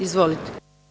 Izvolite.